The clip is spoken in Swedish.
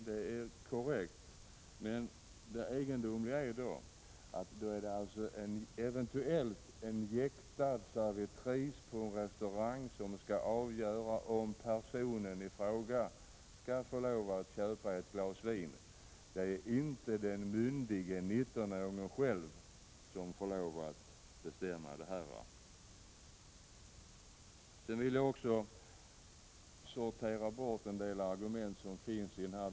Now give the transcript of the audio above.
Det är korrekt, men det egendomliga är då att det eventuellt handlar om att en jäktad servitris på en restaurang skall avgöra om personerna i fråga skall få lov att köpa ett glas vin. Det är inte den myndige 19-åringen själv som får lov att bestämma detta. Jag vill även sortera bort en del argument i denna debatt.